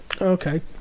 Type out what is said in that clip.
Okay